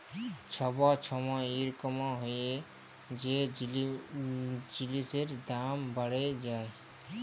ছব ছময় ইরকম হ্যয় যে জিলিসের দাম বাড়্হে যায়